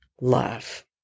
love